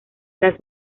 las